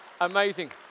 amazing